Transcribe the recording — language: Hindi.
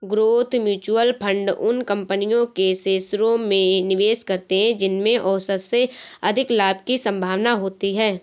ग्रोथ म्यूचुअल फंड उन कंपनियों के शेयरों में निवेश करते हैं जिनमें औसत से अधिक लाभ की संभावना होती है